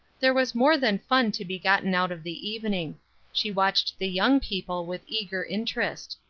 there was more than fun to be gotten out of the evening she watched the young people with eager interest.